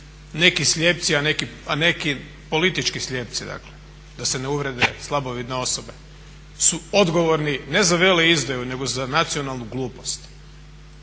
slijepci, a neki politički slijepci dakle da se ne uvrijede slabovidne osobe, su odgovorni ne za veleizdaju nego za nacionalnu glupost.